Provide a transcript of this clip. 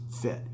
fit